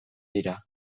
dira